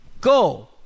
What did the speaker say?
Go